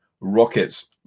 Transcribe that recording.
Rockets